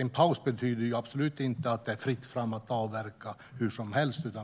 En paus betyder absolut inte att det är fritt fram att avverka hur som helst.